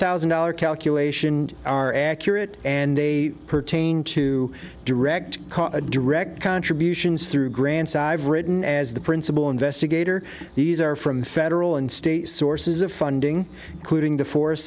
thousand dollars calculation are accurate and they pertain to direct a direct contributions through grants i've written as the principal investigator these are from federal and state sources of funding clearing the forest